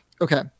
Okay